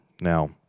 now